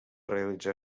realitzar